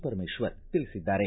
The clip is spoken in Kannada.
ಪರಮೇಶ್ವರ್ ತಿಳಿಸಿದ್ದಾರೆ